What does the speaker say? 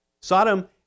Sodom